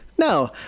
No